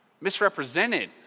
misrepresented